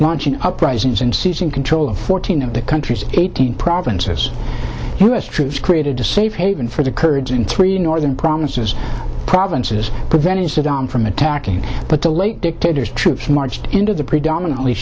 launching uprisings and seizing control of fourteen of the country's eighteen provinces us troops created a safe haven for the kurds in three northern provinces provinces prevented saddam from attacking but the late dictator's troops marched into the predominantly